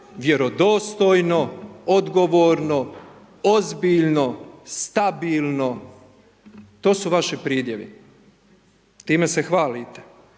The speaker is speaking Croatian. vjerodostojno, odgovorno, ozbiljno, stabilno, to su vaši pridjevi. Time se hvalite,